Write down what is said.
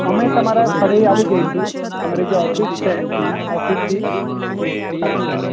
અમે તમારા સ્થળે આવી જઇસુ અમારી જે ઓફિસ છે અઈયાં ઓફિસથી સર જામને